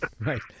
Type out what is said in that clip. Right